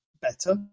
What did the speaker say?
better